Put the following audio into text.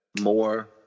more